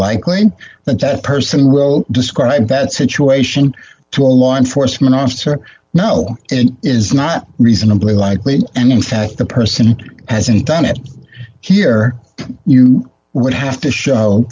likely that that person will describe that situation to a law enforcement officer no it is not reasonably likely and in fact the person hasn't done it here you would have to show